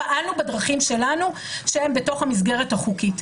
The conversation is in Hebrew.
ופעלנו בדרכים שלנו שהן בתוך המסגרת החוקית.